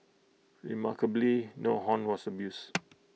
remarkably no horn was abused